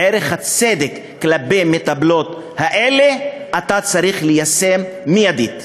את ערך הצדק כלפי מטפלות האלה אתה צריך ליישם מיידית.